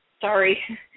sorry